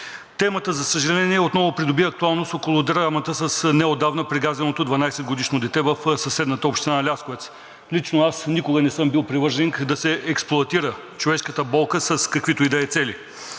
Темата, за съжаление, отново придоби актуалност около драмата с неотдавна прегазеното 12-годишно дете в съседната община Лясковец. Лично аз никога не съм бил привърженик да се експлоатира човешката болка с каквито и да е цели.